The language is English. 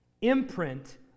imprint